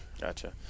gotcha